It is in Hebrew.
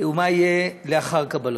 למה שיהיה לאחר קבלתו.